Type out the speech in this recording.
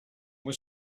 were